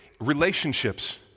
relationships